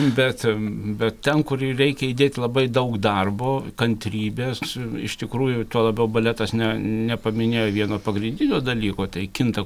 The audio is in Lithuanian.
bet bet ten kur reikia įdėti labai daug darbo kantrybės iš tikrųjų tuo labiau baletas ne nepaminėjo vieno pagrindinio dalyko tai kinta